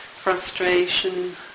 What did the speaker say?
frustration